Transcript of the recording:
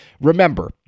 remember